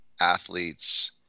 athletes